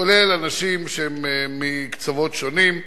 כולל אנשים שהם מקצוות שונים,